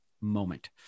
moment